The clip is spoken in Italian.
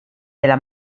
della